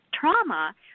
trauma